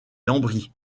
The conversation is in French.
lambris